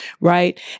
Right